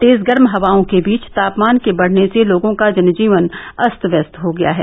तेज गर्म हवाओं के बीच तापमान के बढ़ने से लोगों का जन जीवन अस्त व्यस्त हो गया है